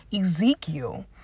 Ezekiel